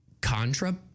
Contra